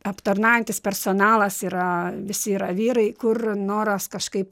aptarnaujantis personalas yra visi yra vyrai kur noras kažkaip